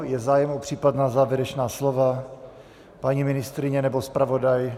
Je zájem o případná závěrečná slova paní ministryně nebo zpravodaj?